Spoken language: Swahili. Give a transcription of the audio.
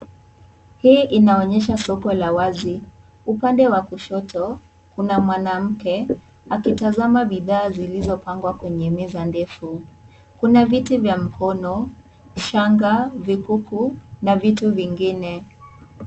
Hii inaonyesha soko la wazi, upande wa kushoto, kuna mwanamke akitazama bidhaa zilizopangwa kwenye meza ndefu. Kuna viti vya mkono, shanga, vikuku na vitu vingine.